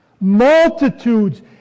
Multitudes